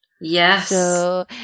Yes